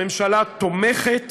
הממשלה תומכת